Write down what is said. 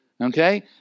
okay